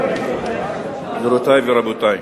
גבירותי ורבותי,